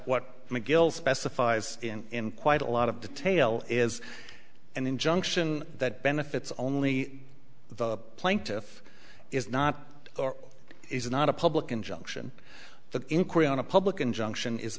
what macgill specifies in quite a lot of detail is an injunction that benefits only the plaintiff is not or is not a public injunction the inquiry on a public injunction is